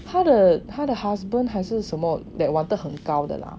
他的他的 husband 还是什么 that wanted 很高的 lah